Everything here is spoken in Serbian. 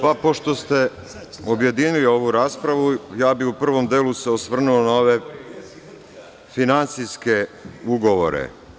Pošto ste objedinili ovu raspravu, ja bih se u prvom delu osvrnuo na ove finansijske ugovore.